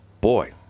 Boy